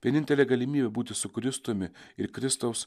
vienintelė galimybė būti su kristumi ir kristaus